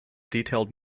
detailed